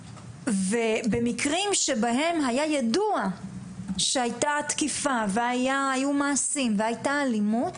ובמקרים שבהם היה ידוע שהייתה תקיפה והיו מעשים והייתה אלימות,